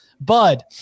Bud